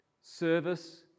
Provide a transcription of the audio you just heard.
service